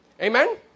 Amen